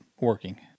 working